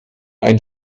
ein